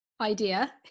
idea